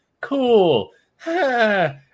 cool